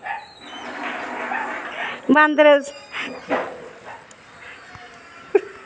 बांदर